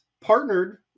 partnered